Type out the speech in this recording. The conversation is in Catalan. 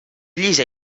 llisa